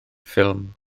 ffilm